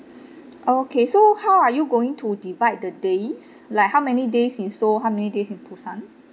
oh okay so how are you going to divide the days like how many days in seoul how many days in busan